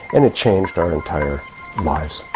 and it changed our entire lives.